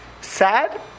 Sad